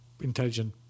intelligent